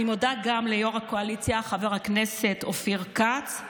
אני מודה גם ליו"ר הקואליציה חבר הכנסת אופיר כץ,